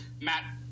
matt